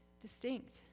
distinct